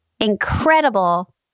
incredible